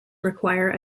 require